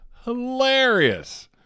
Hilarious